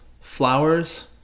flowers